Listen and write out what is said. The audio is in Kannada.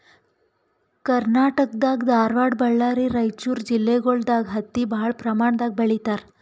ಕರ್ನಾಟಕ್ ದಾಗ್ ಧಾರವಾಡ್ ಬಳ್ಳಾರಿ ರೈಚೂರ್ ಜಿಲ್ಲೆಗೊಳ್ ದಾಗ್ ಹತ್ತಿ ಭಾಳ್ ಪ್ರಮಾಣ್ ದಾಗ್ ಬೆಳೀತಾರ್